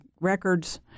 records